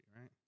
right